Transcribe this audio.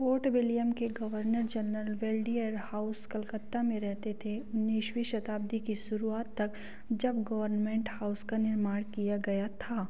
fort William के governor general Belvedere House Calcutta में रहते थे उन्नीसवीं शताब्दी की शुरुआत तक जब गवर्नमेंट हाउस का निर्माण किया गया था